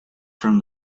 from